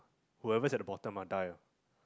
whoever is at the bottom ah die ah